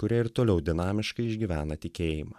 kurie ir toliau dinamiškai išgyvena tikėjimą